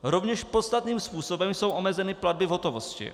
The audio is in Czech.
Rovněž podstatným způsobem jsou omezeny platby v hotovosti.